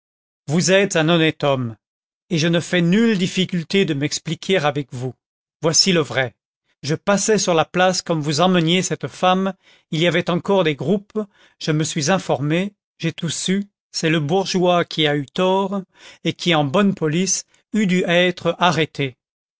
vous êtes un honnête homme et je ne fais nulle difficulté de m'expliquer avec vous voici le vrai je passais sur la place comme vous emmeniez cette femme il y avait encore des groupes je me suis informé j'ai tout su c'est le bourgeois qui a eu tort et qui en bonne police eût dû être arrêté